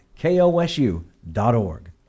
KOSU.org